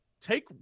take